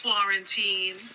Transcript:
quarantine